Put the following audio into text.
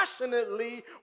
passionately